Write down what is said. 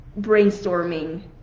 brainstorming